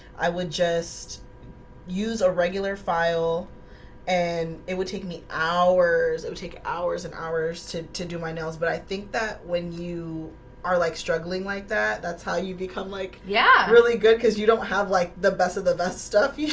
i would just use a regular file and it would take me hours that would take hours and hours to to do my nails but i think that when you are like struggling like that, that's how you become like yeah really good, cuz you don't have like the best of the best stuff. yeah,